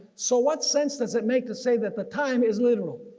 so what sense does it make to say that the time is literal?